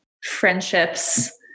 friendships